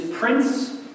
Prince